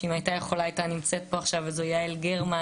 שאם הייתה יכולה הייתה נמצאת פה עכשיו וזו יעל גרמן,